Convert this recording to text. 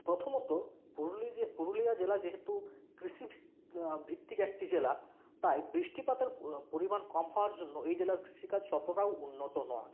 প্রথমত পুরুলিয়া জেলা পুরুলিয়া জেলা যেহেতু কৃষি ভিত্তিক একটি জেলা তাই বৃষ্টিপাতের পরিমাণ কম হওয়ার জন্য এই জেলার কৃষিকাজ ততটাও উন্নত নয়